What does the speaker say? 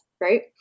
right